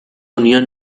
unión